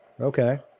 okay